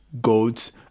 goats